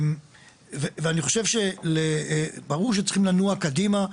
אני חושב שברור שצריך לנוע קדימה,